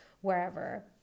wherever